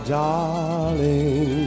darling